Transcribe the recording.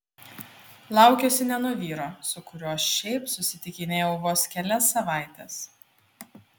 laukiuosi ne nuo vyro su kuriuo šiaip susitikinėjau vos kelias savaites